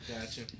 Gotcha